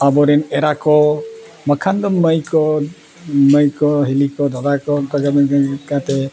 ᱟᱵᱚᱨᱮᱱ ᱮᱨᱟ ᱠᱚ ᱵᱟᱠᱷᱟᱱ ᱫᱚ ᱢᱟᱹᱭ ᱠᱚ ᱢᱟᱹᱭ ᱠᱚ ᱦᱤᱞᱤ ᱠᱚ ᱫᱟᱫᱟ ᱠᱚ ᱚᱱᱠᱟᱜᱮ ᱢᱤᱫ ᱠᱟᱛᱮᱫ